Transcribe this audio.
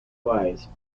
wise